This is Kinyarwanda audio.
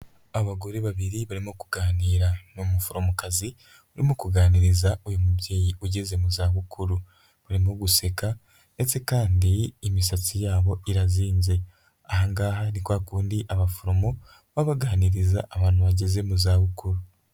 Abagore babiri barimo kuganira nI Umuforomokazi urimo kuganiriza uyu mubyeyi ugeze mu za bukuru, barimo guseka ndetse kandi imisatsi yabo irazinze, aha ngaha ni kwa kundi abaforomo baba baganiriza abantu bageze mu za bukuru.